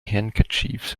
handkerchiefs